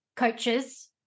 coaches